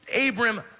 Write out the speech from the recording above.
Abram